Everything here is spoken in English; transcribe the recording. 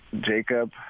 Jacob